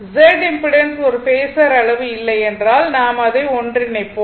Z impedance ஒரு phasor அளவு இல்லை என்றால் நாம் அதை ஒன்றிணைப்போம்